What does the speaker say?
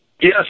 Yes